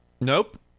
Nope